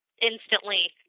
instantly